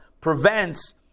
prevents